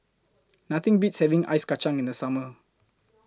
Nothing Beats having Ice Kachang in The Summer